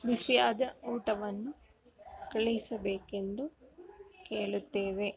ರುಚಿಯಾದ ಊಟವನ್ನು ಕಳುಹಿಸಬೇಕೆಂದು ಕೇಳುತ್ತೇವೆ